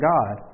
God